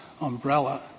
umbrella